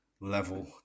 level